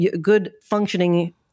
good-functioning